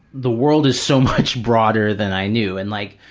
the world is so much broader than i knew and like